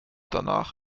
danach